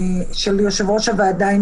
כמו כל דבר אחר שהוועדה החליטה,